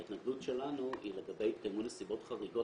ההתנגדות שלנו היא לגבי: "התקיימו נסיבות חריגות